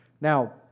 Now